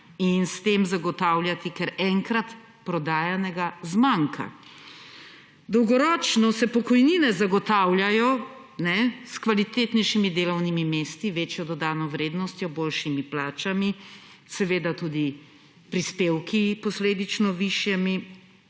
in s tem zagotavljati, ker enkrat prodajanega zmanjka. Dolgoročno se pokojnine zagotavljajo s kvalitetnejšimi delovnimi mesti, večjo dodano vrednostjo, boljšimi plačani, seveda tudi prispevki posledično višjimi